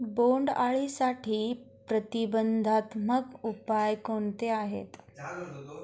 बोंडअळीसाठी प्रतिबंधात्मक उपाय कोणते आहेत?